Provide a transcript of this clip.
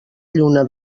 lluna